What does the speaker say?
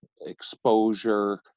exposure